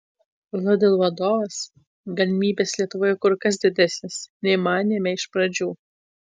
lidl vadovas galimybės lietuvoje kur kas didesnės nei manėme iš pradžių